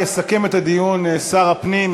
יסכם את הדיון שר הפנים,